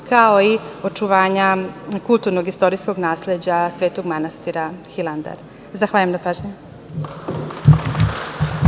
kao i očuvanja kulturnog istorijskog nasleđa Svetog manastira Hilandar. Zahvaljujem na pažnji.